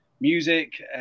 music